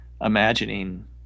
imagining